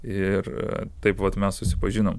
ir taip vat mes susipažinom